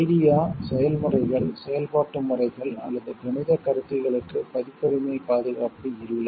idea செய்முறைகள் செயல்பாட்டு முறைகள் அல்லது கணிதக் கருத்துக்களுக்கு பதிப்புரிமை பாதுகாப்பு இல்லை